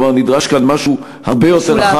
כלומר, נדרש כאן משהו הרבה יותר, משולב.